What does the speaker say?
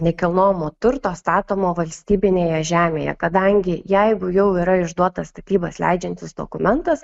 nekilnojamo turto statomo valstybinėje žemėje kadangi jeigu jau yra išduotas statybas leidžiantis dokumentas